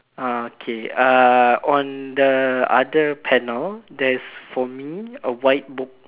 ah K uh on the other panel there's for me a white book